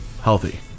healthy